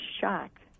shocked